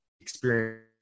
experience